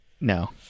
No